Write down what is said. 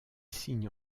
signe